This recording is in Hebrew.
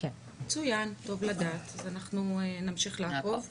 מצוין, טוב לדעת, אז אנחנו נמשיך לעקוב כמובן.